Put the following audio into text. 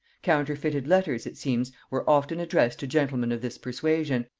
counterfeited letters, it seems, were often addressed to gentlemen of this persuasion,